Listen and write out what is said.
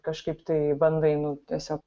kažkaip tai bandai nu tiesiog